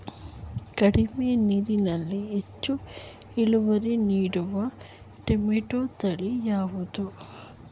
ಕಡಿಮೆ ನೀರಿನಲ್ಲಿ ಹೆಚ್ಚು ಇಳುವರಿ ನೀಡುವ ಟೊಮ್ಯಾಟೋ ತಳಿ ಯಾವುದು?